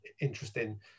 interesting